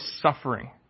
suffering